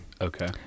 Okay